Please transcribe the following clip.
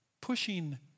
pushing